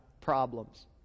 problems